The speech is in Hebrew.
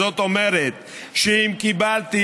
זאת אומרת שאם קיבלתי,